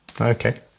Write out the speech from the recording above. Okay